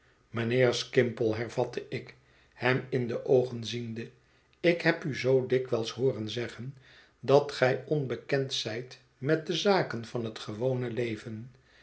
mijnheer skimple hervatte ik hem in de oogen ziende ik heb u zoo dikwijls hooren zeggen dat gij onbekend zijt met de zaken van het gewone leven